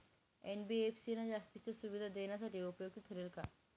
NBFC ना जास्तीच्या सुविधा देण्यासाठी उपयुक्त ठरेल का?